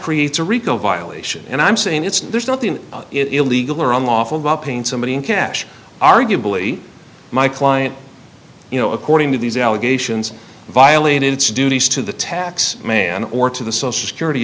creates a rico violation and i'm saying it's there's nothing illegal or unlawful about paying somebody in cash arguably my client you know according to these allegations violated its duties to the tax man or to the social security